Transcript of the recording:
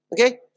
Okay